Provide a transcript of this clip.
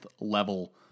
level